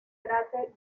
cráter